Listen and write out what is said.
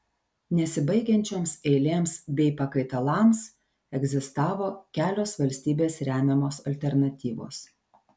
nesibaigiančioms eilėms bei pakaitalams egzistavo kelios valstybės remiamos alternatyvos